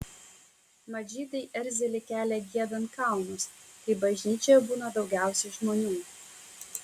mat žydai erzelį kelia giedant kalnus kai bažnyčioje būna daugiausiai žmonių